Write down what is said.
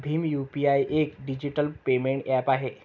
Bhim UPI एक digital payment app आहे